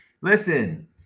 Listen